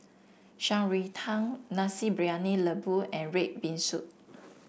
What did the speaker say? Shan Rui Tang Nasi Briyani Lembu and red bean soup